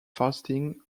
fasting